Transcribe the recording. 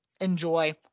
enjoy